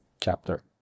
chapter